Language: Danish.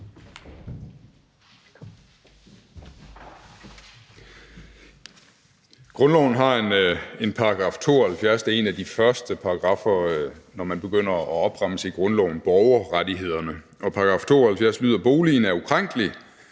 Grundloven har en § 72, der er en af de første paragraffer, når man begynder at opremse borgerrettighederne, og § 72 lyder: »Boligen er ukrænkelig.